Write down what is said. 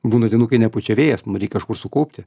būna dienų kai nepučia vėjas mum reik kažkur sukaupti